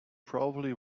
probably